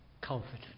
confident